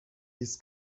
his